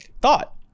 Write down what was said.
thought